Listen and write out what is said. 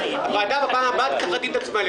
הוועדה בפעם הבאה תצטרך להתאים את עצמה.